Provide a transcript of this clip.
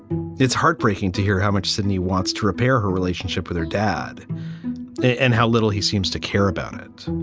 it's heartbreaking to hear how much sydney wants to repair her relationship with her dad and how little he seems to care about it.